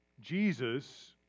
Jesus